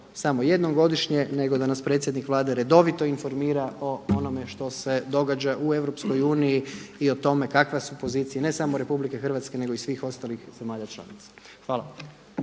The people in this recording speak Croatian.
samo jednom godišnje, nego da nas predsjednik Vlade redovito informira o onome što se događa u Europskoj uniji i o tome kakve su pozicije ne samo Republike Hrvatske nego i svih ostalih zemalja članica. Hvala.